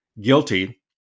guilty